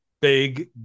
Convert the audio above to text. big